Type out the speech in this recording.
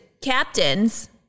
captains